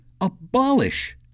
abolish